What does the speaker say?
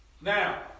Now